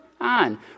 on